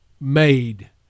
made